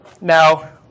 now